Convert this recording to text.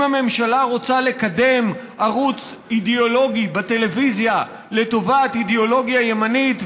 הממשלה רוצה לקדם ערוץ אידיאולוגי בטלוויזיה לטובת אידיאולוגיה ימנית,